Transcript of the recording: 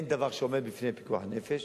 אין דבר שעומד בפני פיקוח נפש,